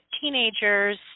teenagers